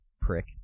prick